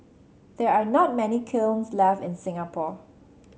there are not many kilns left in Singapore